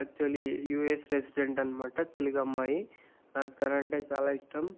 actually US resident అనమాట తెలుగు అమ్మాయి నాకు తనంటే చాలా ఇష్టం